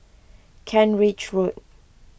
Kent Ridge Road